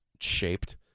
shaped